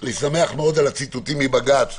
אני שמח מאוד על הציטוטים מבג"ץ,